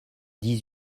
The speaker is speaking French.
dix